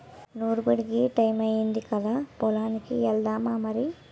నూర్పుడికి టయమయ్యింది కదా పొలానికి ఎల్దామా మరి